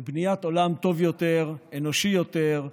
לבניית עולם טוב יותר, אנושי יותר,